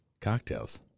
cocktails